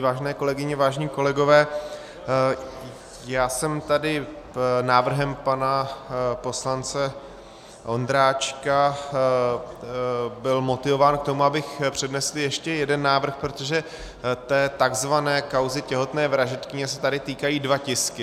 Vážené kolegyně, vážení kolegové, já jsem tady návrhem pana poslance Ondráčka byl motivován k tomu, abych přednesl ještě jeden návrh, protože té tzv. kauzy těhotné vražedkyně se týkají dva tisky.